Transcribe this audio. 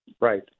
Right